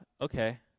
okay